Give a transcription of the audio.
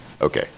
Okay